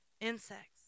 insects